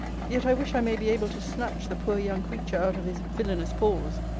yet i wish i may be able to snatch the poor young creature out of his villainous paws.